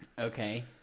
Okay